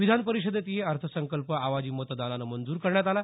विधान परिषदेतही अर्थसंकल्प आवाजी मतदानानं मंजूर करण्यात आला